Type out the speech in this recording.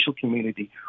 community